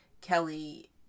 Kelly